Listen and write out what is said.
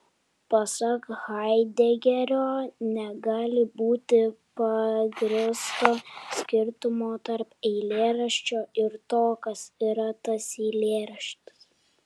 pasak haidegerio negali būti pagrįsto skirtumo tarp eilėraščio ir to kas yra tas eilėraštis